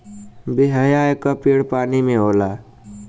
बेहया क पेड़ पानी में होला